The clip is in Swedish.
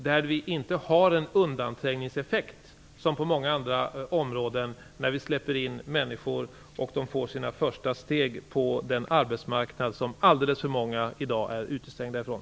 Där har vi inte, som på många andra områden, en undanträngningseffekt när nya människor släpps in och får ta sina första steg på den arbetsmarknad som alldeles för många i dag är utestängda från.